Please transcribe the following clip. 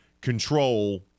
control